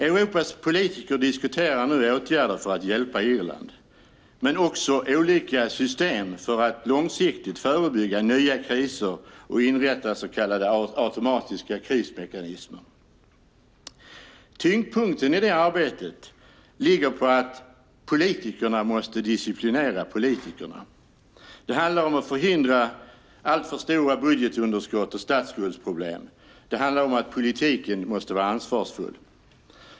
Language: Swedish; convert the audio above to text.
Europas politiker diskuterar nu åtgärder för att hjälpa Irland men också olika system för att långsiktigt förebygga nya kriser och inrätta så kallade automatiska krismekanismer. Tyngdpunkten i det arbetet ligger på att politikerna måste disciplinera politikerna. Det handlar om att förhindra alltför stora budgetunderskott och statsskuldsproblem. Det handlar om att politiken måste vara ansvarsfull.